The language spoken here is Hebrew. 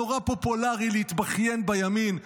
נורא פופולרי להתבכיין בימין,